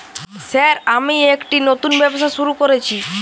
Sir আমি একটি নতুন ব্যবসা শুরু করেছি?